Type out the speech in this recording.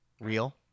Real